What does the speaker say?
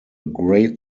great